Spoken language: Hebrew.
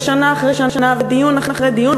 ושנה אחרי שנה ודיון אחרי דיון,